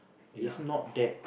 it's not that